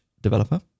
developer